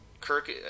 Kirk